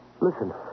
Listen